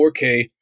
4k